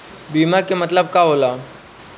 बीमा के मतलब का होला?